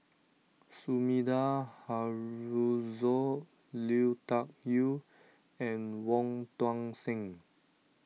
Sumida Haruzo Lui Tuck Yew and Wong Tuang Seng